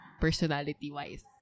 personality-wise